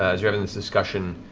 as you're having this discussion,